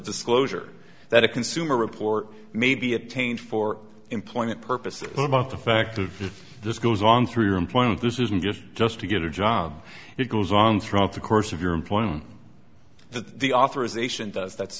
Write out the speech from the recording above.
disclosure that a consumer report may be obtained for employment purposes what about the fact of this goes on through your employer this isn't just just to get a job it goes on throughout the course of your employment that the authorization does that's